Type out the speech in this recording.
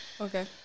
Okay